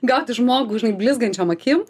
gauti žmogų žinai blizgančiom akim